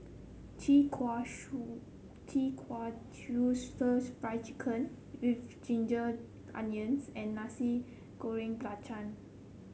chi kak Chi Kak Kuih stir Fry Chicken with Ginger Onions and Nasi Goreng Belacan